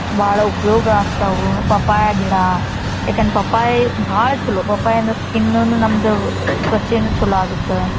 ಭಾಳ ಉಪಯೋಗ ಆಗ್ತಾವೆ ಪಪ್ಪಾಯ ಗಿಡ ಏಕನ್ ಪಪ್ಪಾಯಿ ಭಾಳ ಚಲೋ ಪಪ್ಪಾಯಿಂದ ಸ್ಕಿನ್ನೂ ನಮ್ಮದು ತ್ವಚೆಯೂ ಚಲೋ ಆಗತ್ತೆ